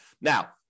Now